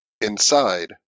Inside